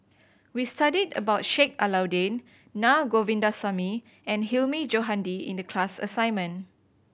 we studied about Sheik Alau'ddin Naa Govindasamy and Hilmi Johandi in the class assignment